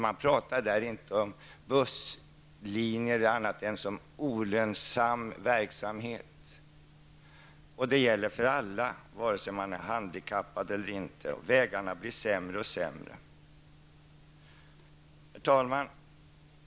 Man talar där inte om busslinjer som något annat än olönsam verksamhet, och det gäller för alla vare sig man är handikappad eller inte, och vägarna blir sämre och sämre. Herr talman!